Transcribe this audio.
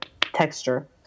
texture